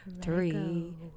three